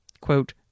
quote